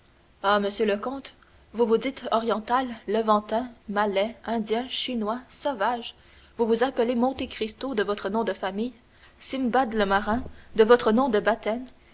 ah monsieur le comte vous vous dites oriental levantin malais indien chinois sauvage vous vous appelez monte cristo de votre nom de famille simbad le marin de votre nom de baptême